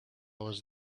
was